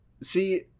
see